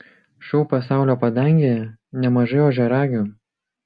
šou pasaulio padangėje nemažai ožiaragių